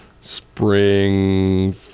Spring